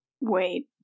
Wait